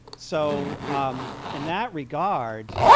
so um in that regard,